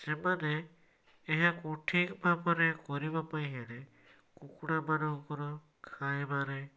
ସେମାନେ ଏହାକୁ ଠିକ ଭାବରେ କରିବାପାଇଁ ହେଲେ କୁକୁଡ଼ାମାନଙ୍କର ଖାଇବାରେ